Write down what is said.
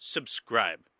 Subscribe